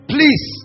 Please